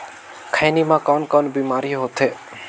खैनी म कौन कौन बीमारी होथे?